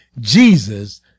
Jesus